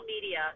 media